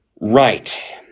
Right